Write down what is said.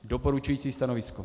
Doporučující stanovisko.